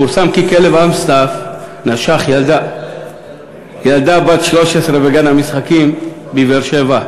פורסם כי כלב אמסטף נשך ילדה בת 13 בגן משחקים בבאר-שבע.